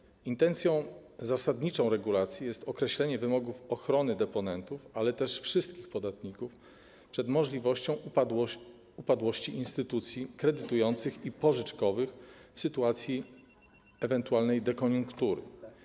Zasadniczą intencją regulacji jest określenie wymogów ochrony deponentów, ale też wszystkich podatników, przed możliwością upadłości instytucji kredytujących i pożyczkowych w sytuacji ewentualnej dekoniunktury.